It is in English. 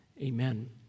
amen